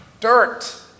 Dirt